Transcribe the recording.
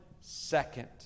second